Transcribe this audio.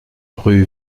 rue